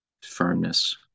firmness